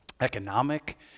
economic